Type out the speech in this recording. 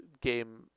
game